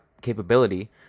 capability